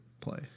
play